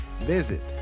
visit